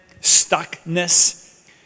stuckness